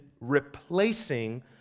replacing